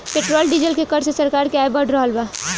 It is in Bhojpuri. पेट्रोल डीजल के कर से सरकार के आय बढ़ रहल बा